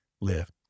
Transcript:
live